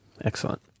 Excellent